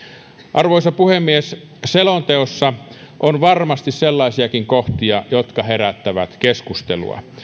arvoisa puhemies selonteossa on varmasti sellaisiakin kohtia jotka herättävät keskustelua